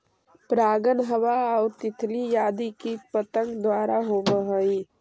परागण हवा आउ तितली आदि कीट पतंग द्वारा होवऽ हइ